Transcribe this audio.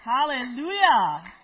Hallelujah